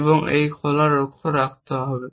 এবং এই খোলা লক্ষ্য হতে পারে